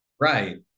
Right